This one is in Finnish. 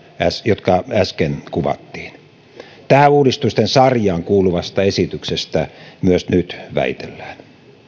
jotka äsken kuvattiin tähän uudistusten sarjaan kuuluvasta esityksestä myös nyt väitellään